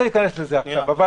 היו גם